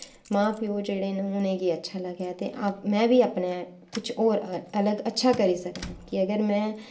मां प्यो जेह्ड़े न उनेंगी अच्छा लगा ते में बी अपनै कुछ होर अलग अच्छा करी सकां कि अगर मैं